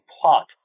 plot